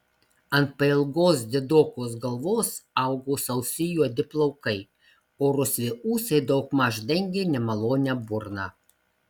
ant pailgos didokos galvos augo sausi juodi plaukai o rusvi ūsai daugmaž dengė nemalonią burną